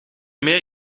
meer